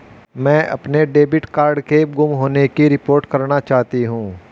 मैं अपने debit card के गुम होने की रिपोर्ट करना चाहती हूँ